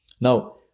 Now